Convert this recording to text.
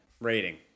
rating